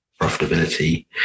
profitability